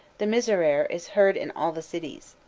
the miserere is heard in all the cities.